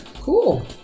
Cool